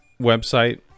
website